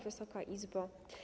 Wysoka Izbo!